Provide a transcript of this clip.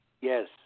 Yes